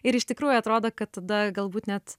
ir iš tikrųjų atrodo kad tada galbūt net